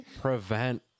prevent